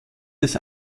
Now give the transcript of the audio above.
des